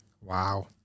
Wow